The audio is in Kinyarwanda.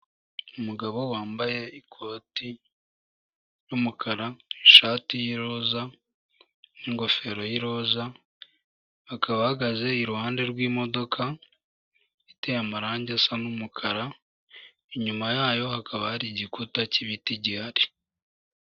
Umugabo wambaye ikoti ry'umukara, ishati y'iroza, n'ingofero y'iroza, akaba ahahagaze iruhande rw'imodoka, iteye amarangi asa n'umukara, inyuma yayo hakaba hari igikuta cy'ibiti gihari.